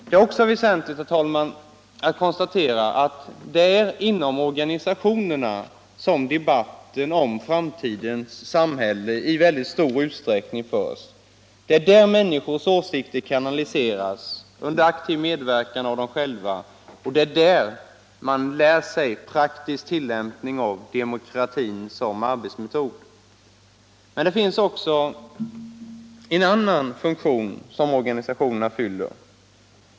Det är också väsentligt, herr talman, att konstatera att det i stor utsträckning, är inom organisationerna som en stor del av debatten om framtidens samhälle förs. Det är där människors åsikter kanaliseras under aktiv medverkan av dem själva och det är där man lär sig praktisk tilllämpning av demokratin som arbetsmetod. Men det finns också en annan funktion som organisationerna fyller.